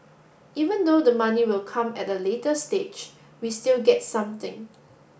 even though the money will come at the later stage we still get something